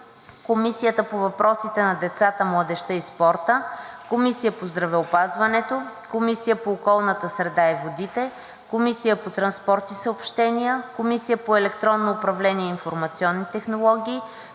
Комисия по въпросите на децата, младежта и спорта; 16. Комисия по здравеопазването; 17. Комисия по околната среда и водите; 18. Комисия по транспорт и съобщения; 19. Комисия по електронно управление и информационни технологии;